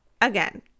Again